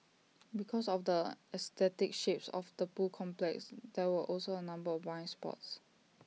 because of the aesthetic shapes of the pool complex there were also A number of blind spots